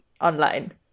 online